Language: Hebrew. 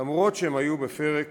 אף-על-פי שהם היו בפרק